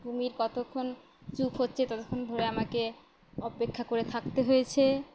কুমির কতক্ষণ চুপ হচ্ছে ততক্ষণ ধরে আমাকে অপেক্ষা করে থাকতে হয়েছে